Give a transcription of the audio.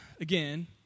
again